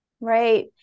right